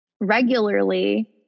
regularly